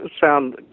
sound